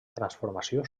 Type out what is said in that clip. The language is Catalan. transformació